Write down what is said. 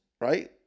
right